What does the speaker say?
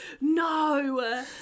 No